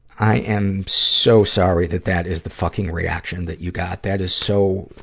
i am so sorry that that is the fucking reaction that you got. that is so,